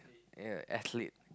ya athletic